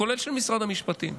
כולל של משרד המשפטים.